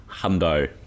hundo